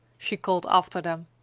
she called after them.